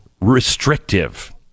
Restrictive